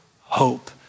hope